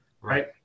Right